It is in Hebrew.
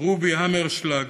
רובי המרשלג,